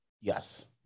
yes